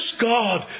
God